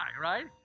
right